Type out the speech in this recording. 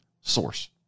source